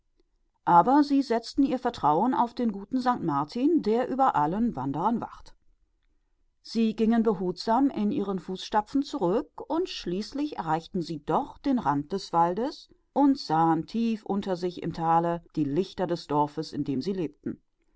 aber sie setzten ihr vertrauen auf den guten sankt martin der über allen wanderern wacht und gingen auf ihren spuren zurück und paßten dann scharf auf und endlich erreichten sie den saum des waldes und sahen fern unten im tale zu ihren füßen die lichter des dorfes in dem sie